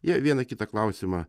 jie vieną kitą klausimą